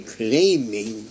claiming